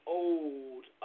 old